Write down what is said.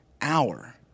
hour